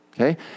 okay